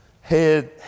head